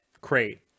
crate